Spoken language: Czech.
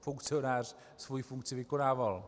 funkcionář svoji funkci vykonával.